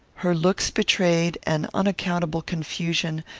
her looks betrayed an unaccountable confusion,